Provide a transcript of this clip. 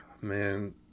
man